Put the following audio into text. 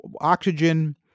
oxygen